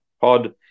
pod